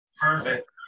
perfect